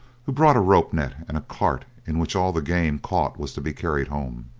who brought a rope-net and a cart in which all the game caught was to be carried home.